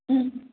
ಹ್ಞೂ